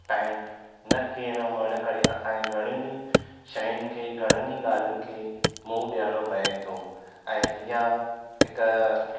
time न थियण हुअण करे असां खे घणनि ई शयुनि खे घणनि ई ॻाल्हियुनि खे मुंहुं ॾियणो पवे थो ऐं इहा हिक